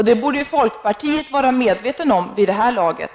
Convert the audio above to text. Det borde ju folkpartiet vara medvetet om vid det här laget.